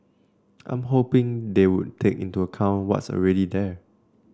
I'm hoping they would take into account what's already there